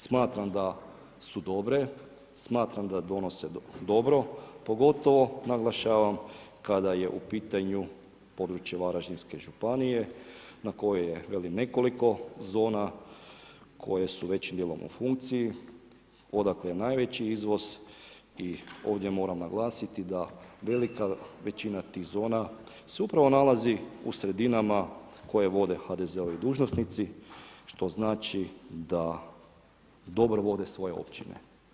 Smatram da su dobre, smatram da donose dobro, pogotovo naglašavam kada je u pitanju područje Varaždinske županije na koje je velim nekoliko zona koje su već dijelom u funkciji, odakle je najveći izvoz i ovdje moram naglasiti da velika većina tih zona se upravo nalazi u sredinama koje vode HDZ-ovi dužnosnici što znači da dobro vode svoje općine.